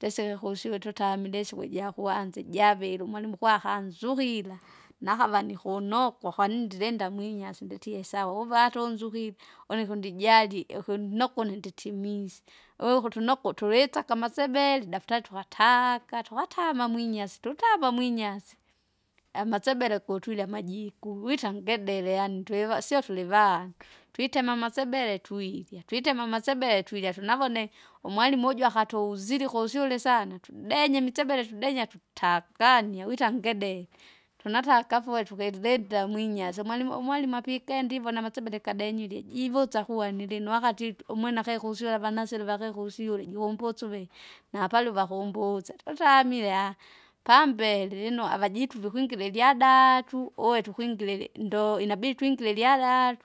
Ndiseke kusyule tutamile isiku ijakwanza, ijavili umwalimu ukwakanzuhira, nakava nikunokwa kwani ndilinda mwinyasi nditie sawa uvatunzukire, une kundijali ikuni nokune nditimize, uwe kutunoko tuwisaka amasebeli daftari tukataaka tukatama! mwinyasi tutama mwinyasi. Amasebele kutwilya amajiku wita ngedere yaani twiva sio tulivandu, twitema amasebele tuilya, twitema amasebele twilya tunavone, umwalimu uju akatu- zili kusyule isana tudenye mitsebele tedenya tutakanya wita ngedere. Tunataka afoe tukedilida mwinyasi umwalimu umwalimu apikenda ivona amasebele kadenyule jivusa kuwanilino wakati itu- umwene akekusyula vanasili wakekusyule juumbusu uvili, napali vakumbutse tutamile aaha! pambele lino avajitu vikwingira ilyadatu uwe tukwingira ili- ndoinabidi twingire ilyadatu.